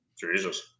Jesus